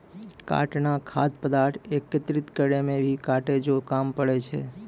काटना खाद्य पदार्थ एकत्रित करै मे भी काटै जो काम पड़ै छै